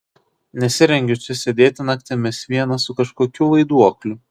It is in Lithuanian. nesirengiu čia sėdėti naktimis viena su kažkokiu vaiduokliu